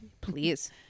please